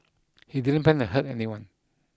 he didn't plan to hurt anyone